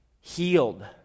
healed